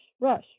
rush